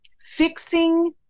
fixing